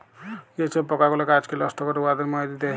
যে ছব পকাগুলা গাহাচকে লষ্ট ক্যরে উয়াদের মাইরে দেয়